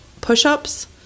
push-ups